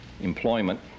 employment